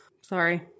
Sorry